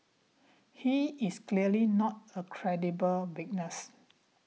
he is clearly not a credible witness